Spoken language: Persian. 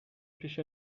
پیش